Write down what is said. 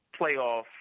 playoff